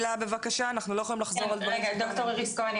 מהחברה לבריאות